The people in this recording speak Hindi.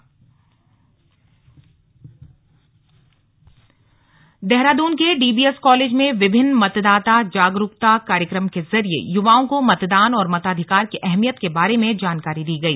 मतदाता जागरूकता कार्यक्रम देहरादून के डी बी एस कॉलेज में विभिन्न मतदाता जागरूकता कार्यक्रम के जरिए युवाओं को मतदान और मताधिकार की अहमियत के बारे में जानकारी दी गई